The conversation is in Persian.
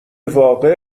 واقع